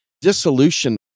dissolution